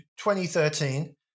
2013